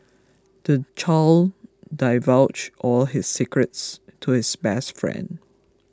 the child divulged all his secrets to his best friend